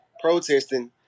protesting